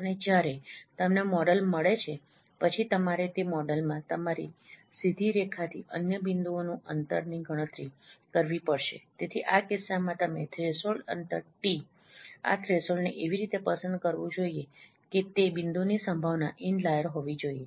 અને જ્યારે તમને મોડેલ મળે છે પછી તમારે તે મોડેલમાંતમારી સીધી રેખાથી અન્ય બિંદુઓનું અંતરની ગણતરી કરવી પડશે તેથી આ કિસ્સામાં તમે થ્રેશોલ્ડ અંતર ટી આ થ્રેશોલ્ડને એવી રીતે પસંદ કરવું જોઈએ કે તે બિંદુની સંભાવના ઇનલાઈર હોવી જોઈએ